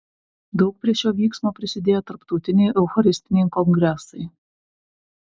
daug prie šio vyksmo prisidėjo tarptautiniai eucharistiniai kongresai